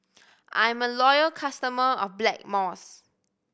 I'm a loyal customer of Blackmores